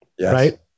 right